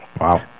Wow